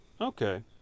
Okay